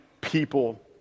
people